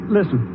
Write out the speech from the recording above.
Listen